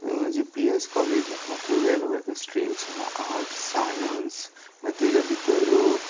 जी P E S college आसा थंय वेगवेगळ्यो स्ट्रिम्स आहा आर्ट्स सायन्स मागीर ताज्या भितर